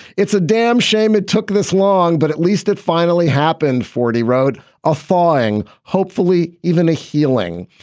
it's a damn shame it took this long, but at least it finally happened. forty wrote a thawing, hopefully even a healing.